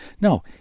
No